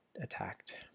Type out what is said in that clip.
attacked